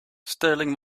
sterling